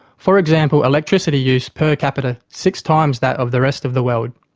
for example electricity use per capita six times that of the rest of the world.